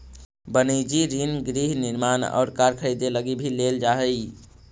वनिजी ऋण गृह निर्माण और कार खरीदे लगी भी लेल जा हई